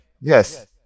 Yes